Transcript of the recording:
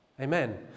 Amen